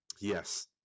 yes